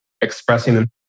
expressing